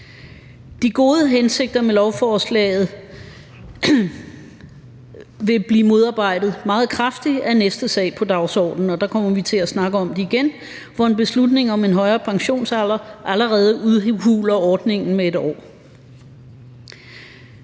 De gode hensigter med lovforslaget vil blive modarbejdet meget kraftigt af næste sag på dagsordenen, og der kommer vi igen til at snakke om, hvordan beslutningen om en højere pensionsalder allerede udhuler ordningen med 1 år.